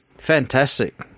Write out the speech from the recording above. Fantastic